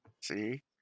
See